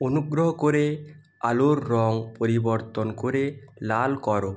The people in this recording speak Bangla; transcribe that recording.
অনুগ্রহ করে আলোর রঙ পরিবর্তন করে লাল করো